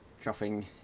dropping